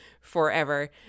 forever